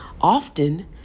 Often